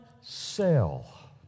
cell